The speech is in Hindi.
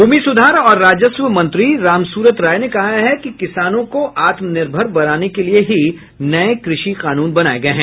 भूमि सुधार और राजस्व मंत्री रामसूरत राय ने कहा है कि किसानों को आत्मनिर्भर बनाने के लिए ही नये कृषि कानून बनाये गये हैं